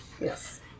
Yes